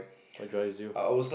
what drives you